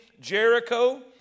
Jericho